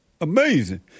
Amazing